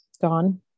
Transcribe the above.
gone